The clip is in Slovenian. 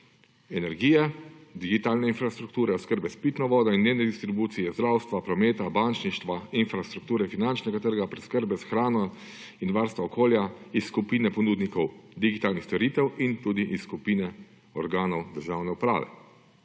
energije, digitalne infrastrukture, oskrbe s pitno vodo in njene distribucije, zdravstva, prometa, bančništva, infrastrukture, finančnega trga, preskrbe s hrano in varstva okolja, iz skupine ponudnikov digitalnih storitev in tudi iz skupine organov državne uprave.